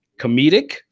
comedic